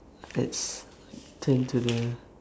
let's turn to the